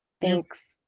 Thanks